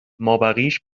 مابقیش